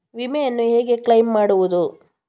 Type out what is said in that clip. ವಿಮೆಯನ್ನು ಹೇಗೆ ಕ್ಲೈಮ್ ಮಾಡುವುದು?